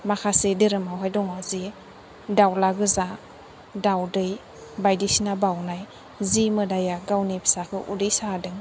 माखासे धोरोमावहाय दङ जे दाउला गोजा दाउदै बायदिसिना बावनाय जि मोदाइया गावनि फिसाखौ उदै साहोदों